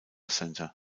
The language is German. centre